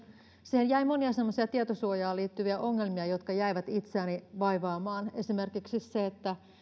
siihen jäi monia semmoisia tietosuojaan liittyviä ongelmia jotka jäivät itseäni vaivaamaan esimerkiksi se